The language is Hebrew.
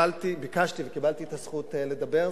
ביקשתי וקיבלתי את הזכות לדבר.